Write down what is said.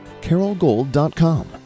carolgold.com